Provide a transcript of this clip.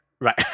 Right